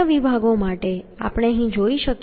અન્ય વિભાગો માટે આપણે અહીં જોઈ શકીએ છીએ